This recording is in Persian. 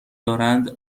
دارند